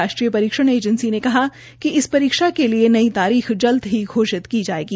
राष्ट्रीय परीक्षण एजेंसी ने कहा कि इस परीक्षा के लिए नई तारीख जल्द ही घोषित की जायेगी